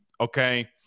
Okay